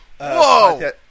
Whoa